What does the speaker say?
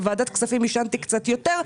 בוועדת כספים עישנתי קצת יותר,